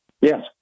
Yes